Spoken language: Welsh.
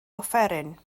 offeryn